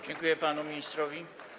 Dziękuję panu ministrowi.